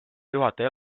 juhataja